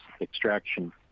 extraction